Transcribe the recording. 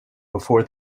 before